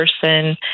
person